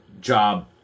job